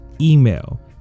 email